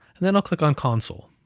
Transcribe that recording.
and then i'll click on console.